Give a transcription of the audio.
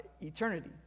eternity